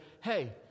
Hey